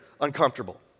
uncomfortable